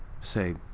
Say